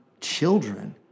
children